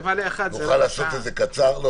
נוכל לעשות את זה קצר.